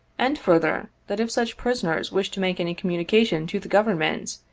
and further, that if such prisoners wish to make any communi cation to the government,